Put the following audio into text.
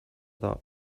that